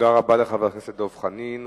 תודה רבה לחבר הכנסת דב חנין.